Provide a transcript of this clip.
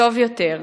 טוב יותר.